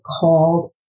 called